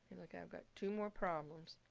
look i've got two more problems.